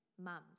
mums